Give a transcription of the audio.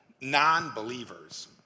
non-believers